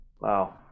Wow